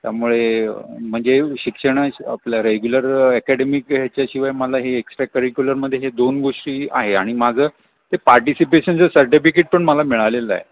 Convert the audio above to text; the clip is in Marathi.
त्यामुळे म्हणजे शिक्षण आपलं रेग्युलर ॲकॅडेमिक ह्याच्याशिवाय मला हे एक्स्ट्रा करिक्युलरमध्ये हे दोन गोष्टी आहे आणि माझं ते पार्टिसिपेशनचं सर्टिफिकेट पण मला मिळालेलं आहे